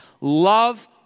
Love